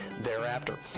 thereafter